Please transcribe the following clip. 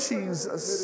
Jesus